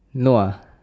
no ah